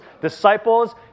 disciples